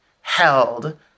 held